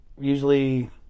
Usually